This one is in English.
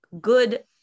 good